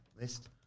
List